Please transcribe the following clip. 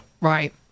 Right